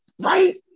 Right